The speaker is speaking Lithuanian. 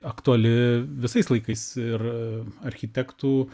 aktuali visais laikais ir architektų